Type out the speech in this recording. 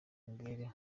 imibereho